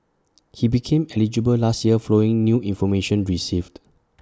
he became eligible last year following new information received